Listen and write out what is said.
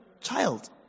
child